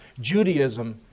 Judaism